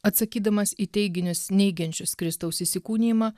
atsakydamas į teiginius neigiančius kristaus įsikūnijimą